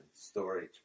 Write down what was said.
storage